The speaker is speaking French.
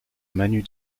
manu